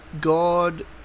god